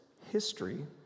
history